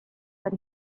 but